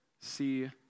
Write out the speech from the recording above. see